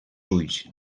ulls